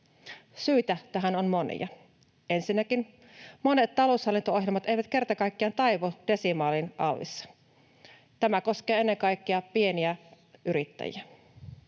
Syitä tähän on monia: Ensinnäkin monet taloushallinto-ohjelmat eivät kerta kaikkiaan taivu desimaaliin alvissa. Tämä koskee ennen kaikkea pieniä yrittäjiä.